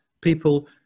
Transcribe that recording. people